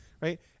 right